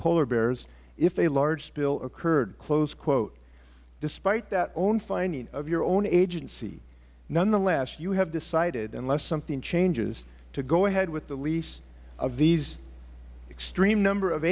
polar bears if a large spill occurred close quote despite that own finding of your own agency nonetheless you have decided unless something changes to go ahead with the lease of these extreme number of